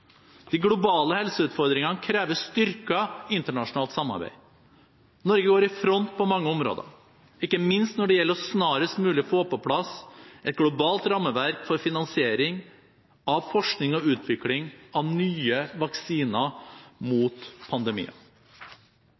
De globale helseutfordringene krever styrket internasjonalt samarbeid. Norge går i front på mange områder, ikke minst når det gjelder snarest mulig å få på plass et globalt rammeverk for finansiering av forskning og utvikling av nye vaksiner mot